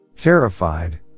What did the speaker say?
Terrified